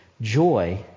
joy